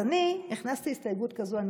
אז אני הכנסתי הסתייגות כזאת,